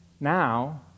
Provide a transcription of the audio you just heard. Now